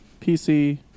PC